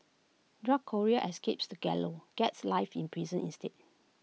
drug courier escapes the gallows gets life in prison instead